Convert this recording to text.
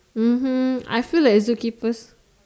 mmhmm I feel that zookeepers